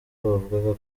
bavugaga